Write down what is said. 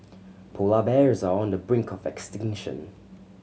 polar bears are on the brink of extinction